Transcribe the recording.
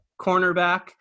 cornerback